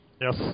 yes